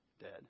dead